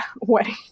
wedding